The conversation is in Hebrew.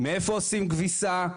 מאיפה עושים כביסה,